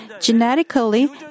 genetically